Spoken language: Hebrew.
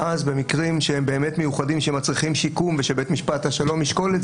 ואז במקרים שהם באמת מיוחדים שמצריכים שיקום ושבית משפט שלום ישקול,